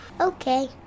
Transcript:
Okay